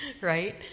right